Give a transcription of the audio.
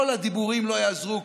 כל הדיבורים לא יעזרו,